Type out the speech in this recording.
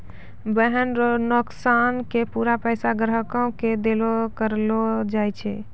वाहन रो नोकसान के पूरा पैसा ग्राहक के देलो करलो जाय छै